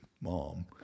mom